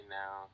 now